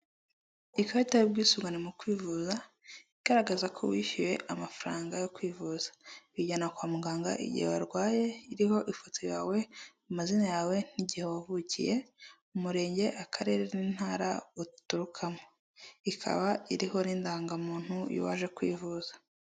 Ikarita y'ubwisungane mu kwivuza igaragaza ko wishyuye amafaranga yo kwivuza. Uyijyana kwa muganga igihe warwaye iriho ifoto yawe, amazina yawe, n'igihe wavukiye, Umurenge , Akarere n'Intara uturukamo. Ikaba iriho n'indangamuntu waje y'uwaje kwivuza.